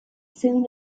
soon